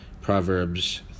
Proverbs